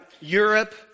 Europe